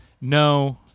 No